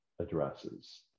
addresses